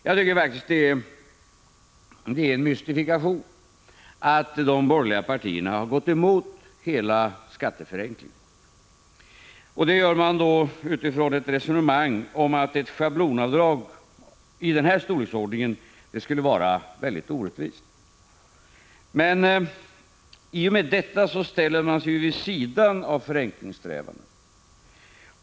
Jag tycker faktiskt att det är en mystifikation att de borgerliga partierna har gått emot hela skatteförenklingen. Det gör man utifrån ett resonemang om att ett schablonavdrag i den här storleksordningen skulle vara mycket orättvist. Men i och med detta ställer man sig vid sidan av förenklingssträvandena.